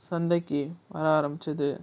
சந்தைக்கு வர ஆரம்பிச்சுது